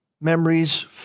Memories